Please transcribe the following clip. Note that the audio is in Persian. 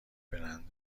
برند